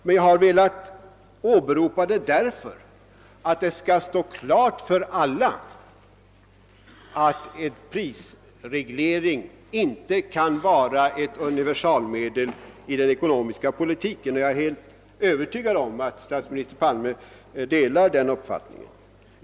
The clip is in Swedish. Men jag har velat åberopa detta därför att det skall stå klart för alla, att en prisreglering inte kan vara ett universalmedel i den ekonomiska politiken. Jag är övertygad om att statsminister Palme delar den uppfattningen.